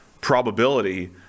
probability